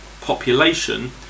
population